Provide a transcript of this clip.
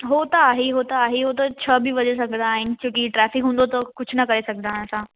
हू त आहे ई हू त आहे ई हू त छह बि वॼी सघंदा आहिनि छो की ट्रैफ़िक हूंदो त कुझु न करे सघंदा असां